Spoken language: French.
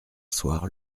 soir